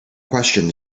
question